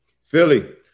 Philly